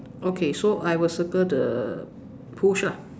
okay so I will circle the push lah